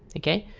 okay.